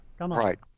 Right